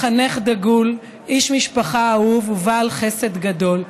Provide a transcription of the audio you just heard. מחנך דגול, איש משפחה אהוב ובעל חסד גדול.